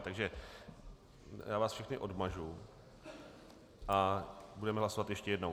Takže já vás všechny odmažu a budeme hlasovat ještě jednou.